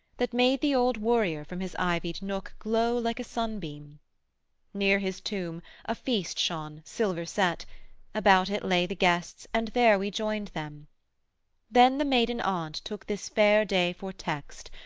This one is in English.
that made the old warrior from his ivied nook glow like a sunbeam near his tomb a feast shone, silver-set about it lay the guests, and there we joined them then the maiden aunt took this fair day for text,